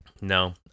no